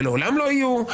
ולעולם לא יהיו,